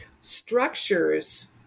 structures